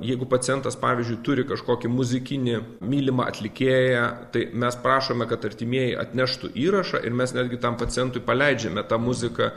jeigu pacientas pavyzdžiui turi kažkokį muzikinį mylimą atlikėją tai mes prašome kad artimieji atneštų įrašą ir mes netgi tam pacientui paleidžiame tą muziką